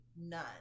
none